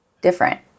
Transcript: different